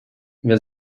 wer